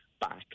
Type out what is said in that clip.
back